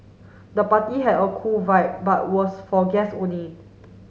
the party had a cool vibe but was for guests only